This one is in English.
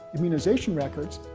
immunization records,